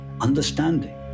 Understanding